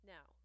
Now